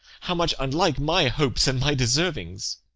how much unlike my hopes and my deservings!